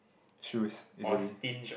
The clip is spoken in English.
choose easily